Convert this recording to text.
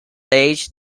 age